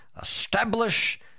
establish